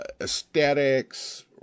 aesthetics